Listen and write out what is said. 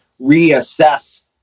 reassess